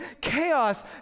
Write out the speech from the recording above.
chaos